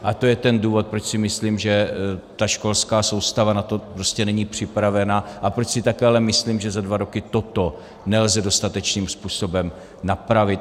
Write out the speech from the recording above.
A to je ten důvod, proč si myslím, že ta školská soustava na to prostě není připravena, a proč si také ale myslím, že za dva roky toto nelze dostatečným způsobem napravit.